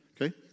Okay